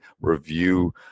review